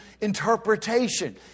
interpretation